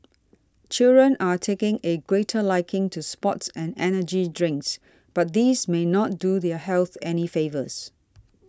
children are taking a greater liking to sports and energy drinks but these may not do their health any favours